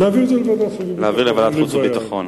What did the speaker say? לוועדת חוץ וביטחון.